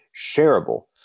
shareable